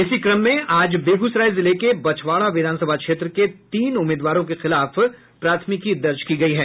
इसी क्रम में आज बेगूसराय जिले के बछवाड़ा विधानसभा क्षेत्र के तीन उम्मीदवारों के खिलाफ प्राथमिकी दर्ज की गयी है